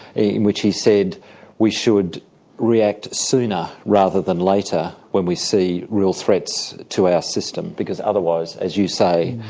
in which he said we should react sooner, rather than later, when we see real threats to our system, because otherwise, as you say,